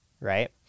right